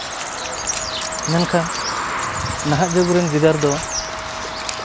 ᱢᱮᱱᱠᱷᱟᱱ ᱱᱟᱦᱟᱜ ᱡᱩᱜᱽ ᱨᱮᱱ ᱜᱤᱫᱟᱹᱨ ᱫᱚ